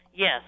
Yes